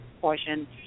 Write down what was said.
Portion